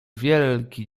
wielki